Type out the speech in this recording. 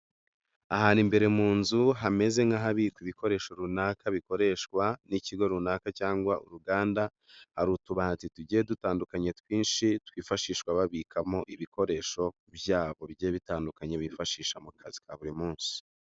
Ahantu imbere mu nzu hameze nk'ahabikwa ibikoresho runaka bikoreshwa n'ikigo runaka cyangwa uruganda, hari utubati tugiye dutandukanye twinshi twifashishwa babikamo ibikoresho byabo bitandukanye bifashisha mu kazi ka buri munsi.